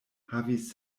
havis